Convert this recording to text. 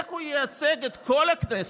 איך הוא ייצג את כל הכנסת?